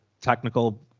technical